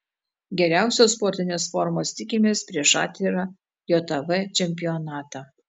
geriausios sportinės formos tikimės prieš atvirą jav čempionatą